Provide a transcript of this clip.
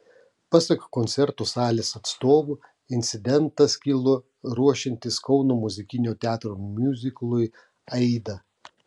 pasak koncertų salės atstovų incidentas kilo ruošiantis kauno muzikinio teatro miuziklui aida